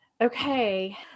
Okay